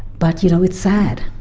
but you know, it's sad,